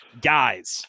guys